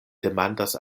demandas